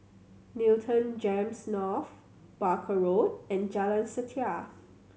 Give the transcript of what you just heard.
Newton GEMS North Barker Road and Jalan Setia